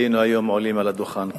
היינו היום עולים על הדוכן כאן,